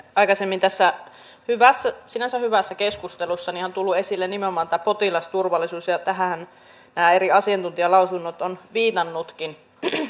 aikaisemmin tässä sinänsä hyvässä keskustelussa on tullut esille nimenomaan tämä potilasturvallisuus ja tähänhän nämä eri asiantuntijalausunnot ovat viitanneetkin